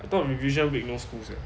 I thought revision week no school sia